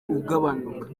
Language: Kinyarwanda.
ugabanuka